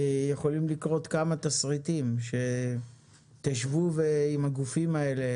יכולים לקרות כמה תסריטים, שתשבו עם הגופים האלה